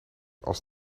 als